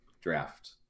draft